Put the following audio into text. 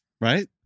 right